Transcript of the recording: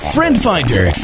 FriendFinder